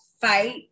fight